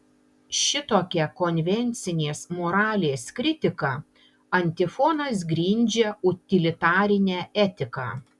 šitokia konvencinės moralės kritika antifonas grindžia utilitarinę etiką